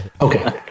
Okay